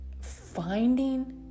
finding